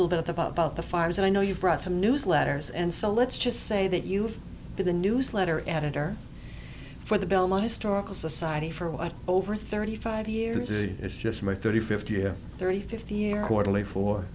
little bit about about the fires and i know you've brought some newsletters and so let's just say that you do the newsletter editor for the belmont historical society for what over thirty five years is just my thirty fifth year thirty fifth year quarterly fo